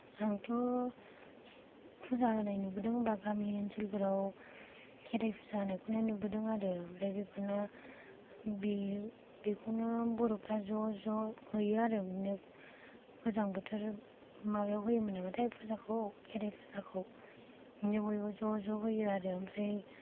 आंथ' फुजा होनाय नुबोदों बा गामि ओनसोलफोराव खेराइ फुजा होनायखौनो नुबोदों आरो ओमफ्राय बेफोरनो बे बेखौनो बर'फ्रा ज' ज' होयो आरो बिदिनो गोजां बोथोर माबायाव होयोमोन नामाथाय फुजाखौ खेराइ फुजाखौ माने बयबो ज' ज' होयो आरो ओमफ्राय